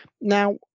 now